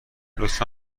لطفا